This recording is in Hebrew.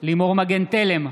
לימור מגן תלם,